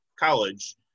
college